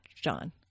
John